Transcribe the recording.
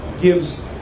gives